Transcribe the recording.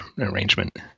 arrangement